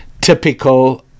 typical